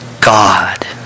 God